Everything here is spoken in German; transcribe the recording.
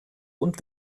und